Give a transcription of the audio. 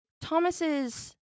Thomas's